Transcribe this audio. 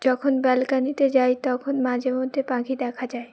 যখন ব্যালকানিতে যাই তখন মাঝে মধ্যে পাখি দেখা যায়